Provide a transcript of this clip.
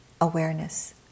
awareness